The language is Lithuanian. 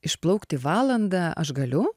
išplaukti valandą aš galiu